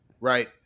right